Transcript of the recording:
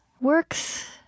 works